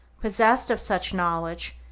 possessed of such knowledge,